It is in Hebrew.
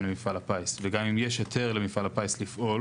למפעל הפיס וגם אם יש למפעל הפיס היתר לפעול